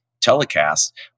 telecast